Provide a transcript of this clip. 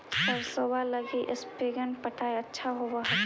सरसोबा लगी स्प्रिंगर पटाय अच्छा होबै हकैय?